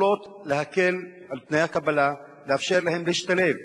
לקלוט ולהקל על תנאי הקבלה ולאפשר להן להשתלב